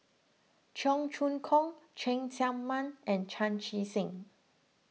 Cheong Choong Kong Cheng Tsang Man and Chan Chee Seng